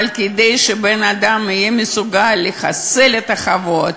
אבל כדי שבן-אדם יהיה מסוגל לחסל את החובות,